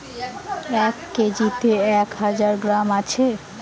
এক কেজিতে এক হাজার গ্রাম আছে